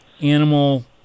animal